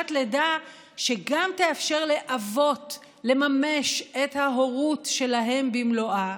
חופשת לידה שגם תאפשר לאבות לממש את ההורות שלהם במלואה,